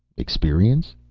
experience?